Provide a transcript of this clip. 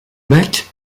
bec